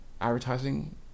advertising